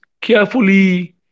carefully